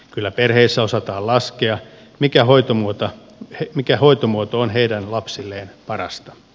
kyllä perheissä osataan laskea mikä hoitomuoto on heidän lapsilleen parasta